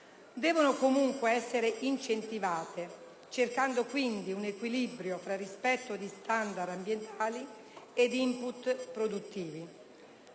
devono comunque essere incentivate, cercando quindi un equilibrio fra rispetto di standard ambientali e *input* produttivi.